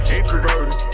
Introverted